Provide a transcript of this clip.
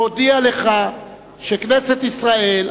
מודיע לך שכנסת ישראל,